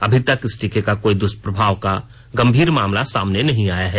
अभी तक इस टीके का कोई दुस्प्रभाव का गंभीर मामला सामने नहीं आया है